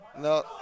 No